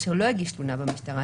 אשר לא הגיש תלונה במשטרה,